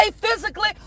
physically